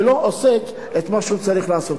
ולא עוסק במה שהוא צריך לעשות.